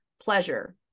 pleasure